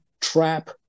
trap